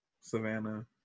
Savannah